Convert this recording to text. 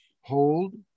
hold